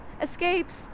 escapes